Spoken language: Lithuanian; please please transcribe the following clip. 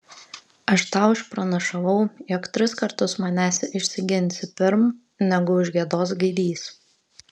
aš tau išpranašavau jog tris kartus manęs išsiginsi pirm negu užgiedos gaidys